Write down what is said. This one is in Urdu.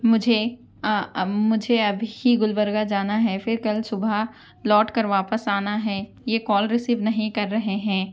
مجھے مجھے ابھی گلبرگہ جانا ہے پھر کل صبح لوٹ کر واپس آنا ہے یہ کال ریسیو نہیں کر رہے ہیں